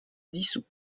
dissous